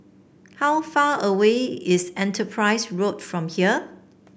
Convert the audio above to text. how far away is Enterprise Road from here